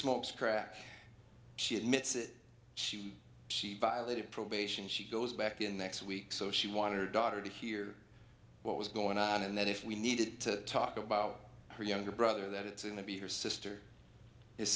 smokes crack she admits it she she violated probation she goes back to next week so she wanted her daughter to hear what was going on and that if we needed to talk about her younger brother that it's going to be her sister his